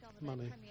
money